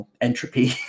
entropy